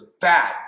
bad